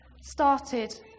started